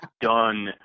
Done